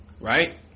right